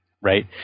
right